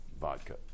vodka